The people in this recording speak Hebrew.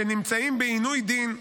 שנמצאים בעינוי דין,